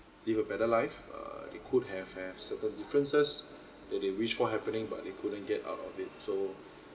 live a better life err it could have have certain differences that they wish for happening but they couldn't get out of it so